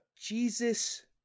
jesus